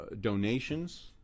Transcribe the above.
donations